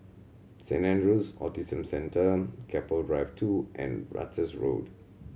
Saint Andrew's Autism Centre Keppel Drive Two and Ratus Road